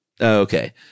Okay